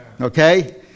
Okay